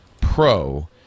Pro